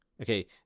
Okay